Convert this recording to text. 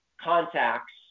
contacts